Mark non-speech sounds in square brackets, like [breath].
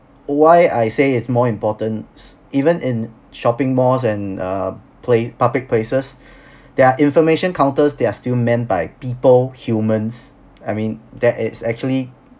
why I say it's more importance even in shopping malls and uh pla~ public places [breath] there are information counters that are still manned by people humans I mean that is actually